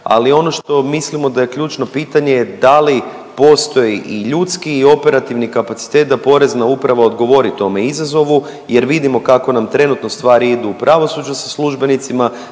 ali ono što mislimo da je ključno pitanje je da li postoji i ljudski i operativni kapacitet da Porezna uprava odgovori tome izazovu jer vidimo kako nam trenutno stvari idu u pravosuđu sa službenicima,